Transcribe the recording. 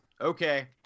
okay